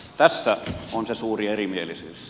tässä on se suuri erimielisyys